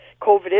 COVID